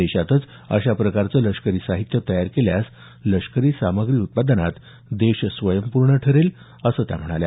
देशातच अशा प्रकारचं लष्करी साहित्य तयार केल्यास लष्करी सामग्री उत्पादनात देश स्वयंपूर्ण ठरेल असं त्या म्हणाल्या